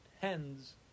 hens